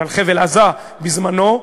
ועל חבל-עזה בזמנו,